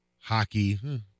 Hockey